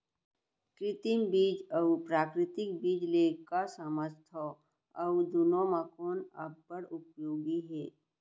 कृत्रिम बीज अऊ प्राकृतिक बीज ले का समझथो अऊ दुनो म कोन अब्बड़ उपयोगी हे?